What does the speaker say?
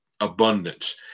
abundance